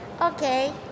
Okay